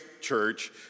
Church